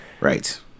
Right